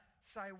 say